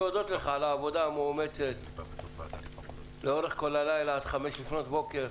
העבודה המאומצת לאורך כל הלילה עד חמש לפנות בוקר.